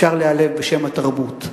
אפשר להיעלב בשם התרבות.